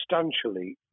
substantially